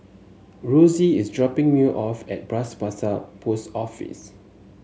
Rosy is dropping me off at Bras Basah Post Office